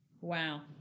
Wow